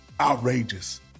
outrageous